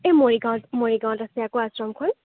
এ মৰিগাঁও মৰিগাঁৱত আছে আকৌ আশ্ৰমখন